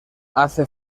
hace